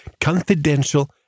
confidential